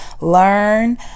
learn